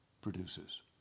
produces